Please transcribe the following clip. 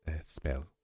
spell